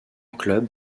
club